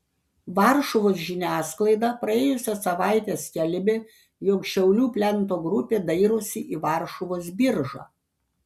varšuvos žiniasklaida praėjusią savaitę skelbė jog šiaulių plento grupė dairosi į varšuvos biržą